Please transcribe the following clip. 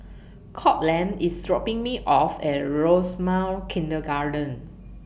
Courtland IS dropping Me off At Rosemount Kindergarten